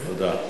תודה.